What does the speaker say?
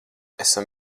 esam